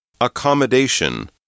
Accommodation